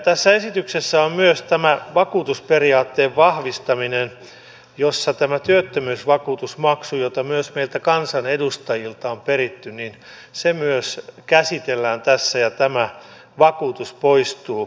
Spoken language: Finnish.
tässä esityksessä on myös tämä vakuutusperiaatteen vahvistaminen jossa tämä työttömyysvakuutusmaksu jota myös meiltä kansanedustajilta on peritty myös käsitellään tässä ja tämä vakuutus poistuu